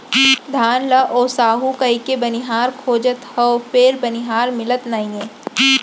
धान ल ओसाहू कहिके बनिहार खोजत हँव फेर बनिहार मिलत नइ हे